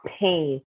pain